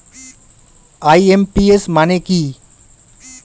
IMPS মানে কি?